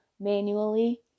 manually